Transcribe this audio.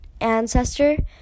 ancestor